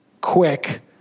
quick